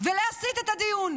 ולהסיט את הדיון,